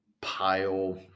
pile